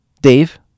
dave